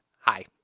hi